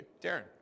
Darren